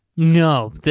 No